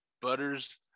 Butters